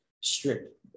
strip